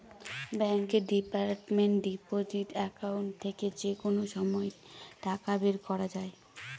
ব্যাঙ্কের demand deposit account থেকে যে কোনো সময় টাকা বের করা যায়